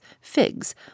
figs